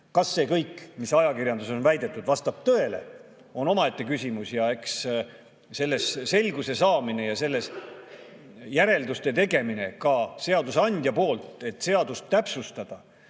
Kas see kõik, mida ajakirjanduses väideti, vastab tõele, on omaette küsimus. Eks selles selguse saamine ja sellest järelduste tegemine seadusandja poolt, et seadust täpsustada